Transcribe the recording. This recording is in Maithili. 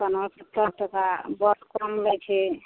कनहौँ सत्तरि टका बस कम लै छै